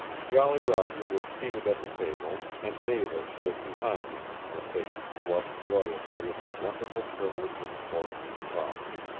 jolly roger was seated at the table, and nada stood behind him, her face flushed joyously at the wonderful privilege of pouring his coffee.